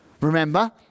Remember